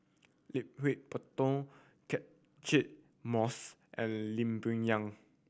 Catchick Moses and Lee Boon Yang